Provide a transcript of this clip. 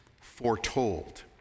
Foretold